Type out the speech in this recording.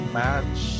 match